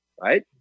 Right